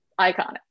iconic